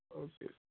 okay